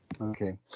Okay